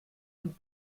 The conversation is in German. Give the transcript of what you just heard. und